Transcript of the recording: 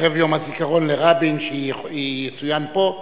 ערב יום הזיכרון לרבין שיצוין פה,